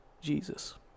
Jesus